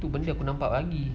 tu benda aku nampak pagi